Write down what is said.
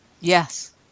Yes